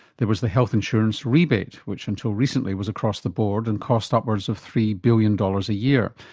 there was the health insurance rebate which until recently was across the board and cost upwards of three billion dollars a year.